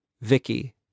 Vicky